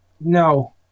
no